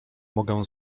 mogę